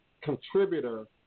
contributor